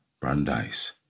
Brandeis